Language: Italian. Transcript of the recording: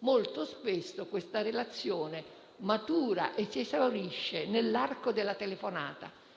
Molto spesso questa relazione matura e si esaurisce nell'arco di una telefonata;